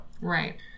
Right